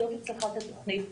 זאת הצלחת התוכנית.